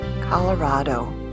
Colorado